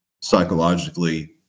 psychologically